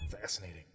fascinating